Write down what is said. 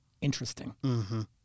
interesting